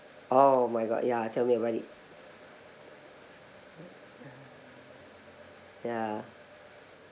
oh my god ya tell me about it ya